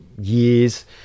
years